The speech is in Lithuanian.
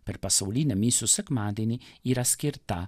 per pasaulinį misijų sekmadienį yra skirta